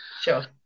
Sure